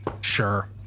sure